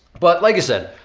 but like i said,